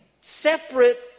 separate